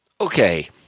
Okay